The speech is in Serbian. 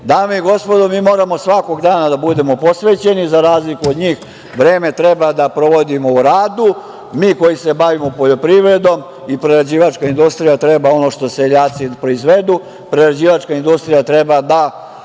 i gospodo, mi moramo svakog dana da budemo posvećeni. Za razliku od njih, vreme treba da provodimo u radu mi koji se bavimo poljoprivredom i prerađivačka industrija treba, ono što seljaci proizvedu, da preradi i da na takav